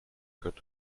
got